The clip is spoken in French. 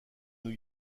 new